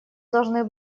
должны